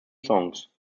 songs